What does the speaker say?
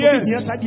yes